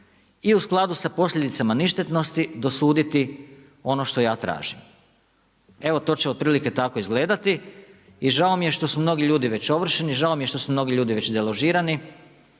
i u skladu sa posljedicama ništetnosti dosuditi ono što ja tražim. Evo to će otprilike tako izgledati i žao mi je što su mnogi ljudi već ovršeni, žao mi je što su mnogi ljudi već deložirani,